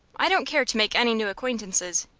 i don't care to make any new acquaintances.